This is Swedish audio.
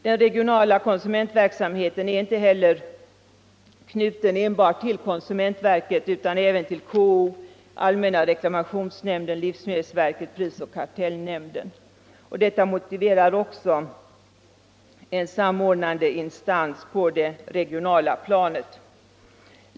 Den regionala konsumentverksamheten är inte heller knuten enbart till konsumentverket utan även till KO, allmänna reklamationsnämnden, livsmedelsverket och prisoch kar tellnämnden. Detta motiverar en samordnande instans på det regionala planet.